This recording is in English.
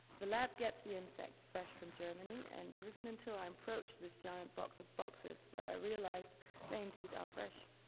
the lab gets the insects fresh from germany and it isn't until i approach this giant box of boxes that i realize they indeed are fresh.